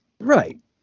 Right